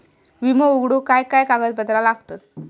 विमो उघडूक काय काय कागदपत्र लागतत?